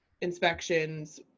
inspections